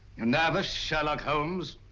and nervous, sherlock holmes?